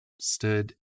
stood